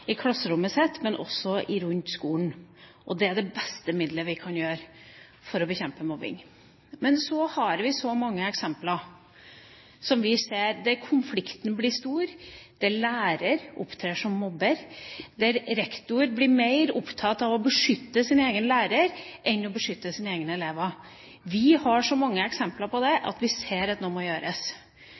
i klasserommet sitt, og også på skolen. Det er det beste vi kan gjøre for å bekjempe mobbing. Men så ser vi mange eksempler der konflikten blir stor, der lærer opptrer som mobber, der rektor blir mer opptatt av å beskytte sin egen lærer enn av å beskytte sine egne elever. Vi ser så mange eksempler på det, at noe må gjøres.